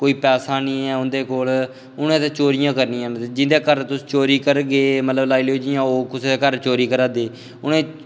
कोई पैसा निं ऐ उं'दे कोल उ'नें ते चोरियां करनियां न जिं'दै घर तुस चोरी करगे जि'यां लाई लैओ कुसै दै घर चोरी करा दे उ'नें